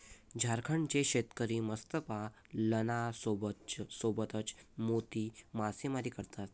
झारखंडचे शेतकरी मत्स्यपालनासोबतच मोती मासेमारी करतात